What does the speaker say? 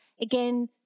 Again